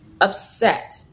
upset